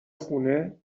خونه